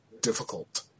difficult